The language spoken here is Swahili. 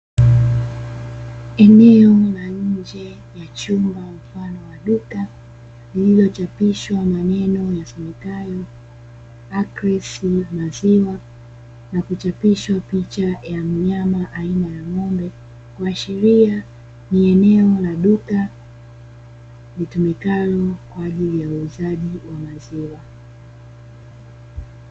Eneo la nje na nje ya chumba mfano wa duka iliyochapishwa maneno yasomekayo na kuchapishwa picha ya mnyama aina ya ng'ombe, ikiashiria ni eneo la duka litumikalo kwa ajili ya uuzaji wa maziwa.